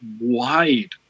wide